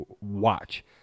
watch